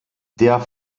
der